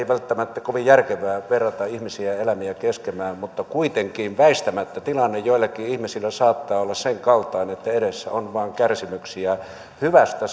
välttämättä kovin järkevää verrata ihmisiä ja eläimiä keskenään mutta kuitenkin väistämättä tilanne joillakin ihmisillä saattaa olla sen kaltainen että edessä on vain kärsimyksiä hyvästä